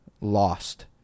lost